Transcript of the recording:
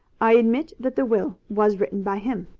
i admit that the will was written by him.